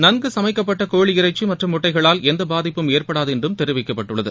நன்கு சமைக்கப்பட்ட கோழி இறைக்சி மற்றும் முட்டைகளால் எந்த பாதிப்பும் ஏற்படாது என்றும் தெரிவிக்கப்பட்டுள்ளது